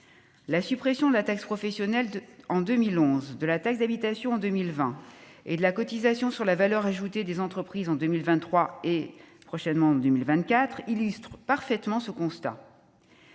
Les suppressions de la taxe professionnelle en 2011, de la taxe d'habitation en 2020 et de la cotisation sur la valeur ajoutée des entreprises en 2023, puis en 2024 illustrent parfaitement ce constat.